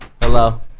Hello